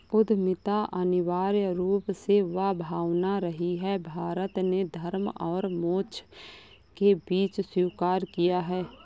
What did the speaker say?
उद्यमिता अनिवार्य रूप से वह भावना रही है, भारत ने धर्म और मोक्ष के बीच स्वीकार किया है